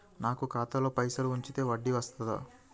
నాకు ఖాతాలో పైసలు ఉంచితే వడ్డీ వస్తదా?